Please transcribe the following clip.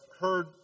heard